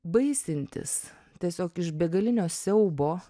baisintis tiesiog iš begalinio siaubo